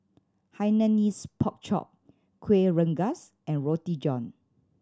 Hainanese Pork Chop Kuih Rengas and Roti John